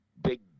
big